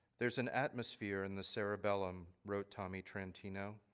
there's an atmosphere in the cerebellum wrote tommy trantino,